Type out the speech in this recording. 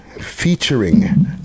featuring